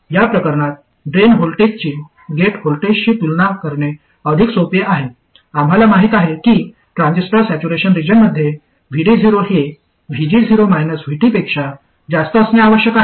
या प्रकरणात ड्रेन व्होल्टेजची गेट व्होल्टेजशी तुलना करणे अधिक सोपे आहे आम्हाला माहित आहे की ट्रान्झिस्टर सॅच्युरेशन रिजनमध्ये VD0 हे पेक्षा जास्त असणे आवश्यक आहे